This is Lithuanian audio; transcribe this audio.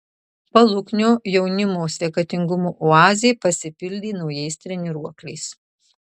paluknio jaunimo sveikatingumo oazė pasipildė naujais treniruokliais